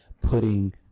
putting